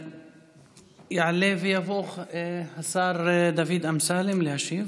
יעלה ויבוא השר דוד אמסלם להשיב.